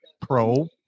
Pro